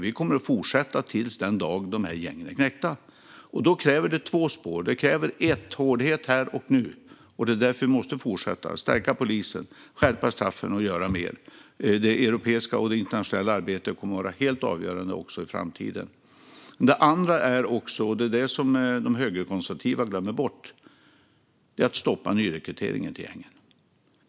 Vi kommer att fortsätta till den dag gängen är knäckta. Det kräver två spår. För det första ska det vara tålighet här och nu. Det är därför vi måste fortsätta för att stärka polisen, skärpa straffen och göra mer. Det europeiska och internationella arbetet kommer att vara helt avgörande också i framtiden. För det andra handlar det om att stoppa nyrekryteringen till gängen. Det här glömmer de högerkonservativa bort.